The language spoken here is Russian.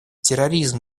терроризм